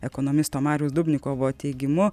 ekonomisto mariaus dubnikovo teigimu